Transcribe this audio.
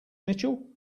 mitchell